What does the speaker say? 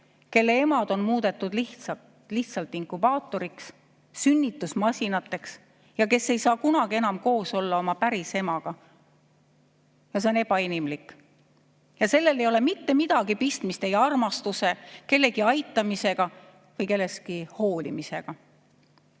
kelle emad on muudetud lihtsalt inkubaatoriks, sünnitusmasinaks, ja kes kunagi enam ei saa koos olla oma päris emaga. See on ebainimlik ja sellel ei ole mitte midagi pistmist ei armastuse, kellegi aitamise või kellestki hoolimisega.